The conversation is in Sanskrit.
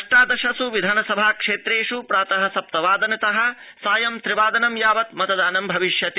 अष्टादशस् विधानसभा क्षेत्रेष् प्रातः सप्त वादनतः साय त्रिबादन यावत् मतदान भविष्यति